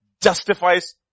justifies